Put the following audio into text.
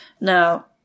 Now